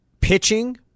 Pitching